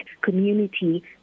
community